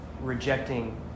rejecting